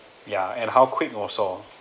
ya and how quick also